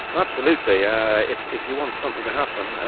absolutely. ah if if you want something to happen,